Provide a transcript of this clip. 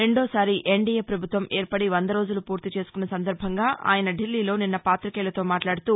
రెండోసారి ఎన్దీయే ప్రభుత్వం ఏర్పడి వంద రోజులు పూర్తిచేసుకున్న సందర్బంగా ఆయన ఢిల్లీలో నిన్న పాతికేయులతో మాట్లాదుతూ